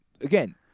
again